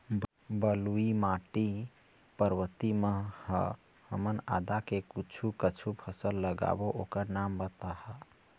बलुई माटी पर्वतीय म ह हमन आदा के कुछू कछु फसल लगाबो ओकर नाम बताहा?